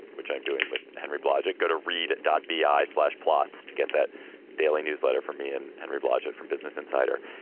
which i'm doing with henry blodget. go to read dot b i slash plots to get that daily newsletter for me. and henry blodget from business insider.